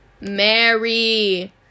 Mary